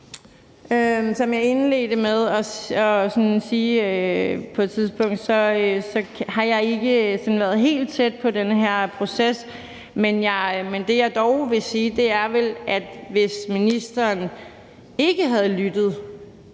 Som jeg indledte med at sige på et tidspunkt, har jeg ikke været helt tæt på den her proces. Men det, jeg dog vil sige, er, at hvis ministeren ikke havde lyttet